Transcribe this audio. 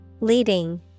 Leading